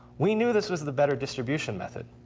we knew this was the better distribution method.